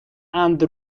and